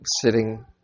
sitting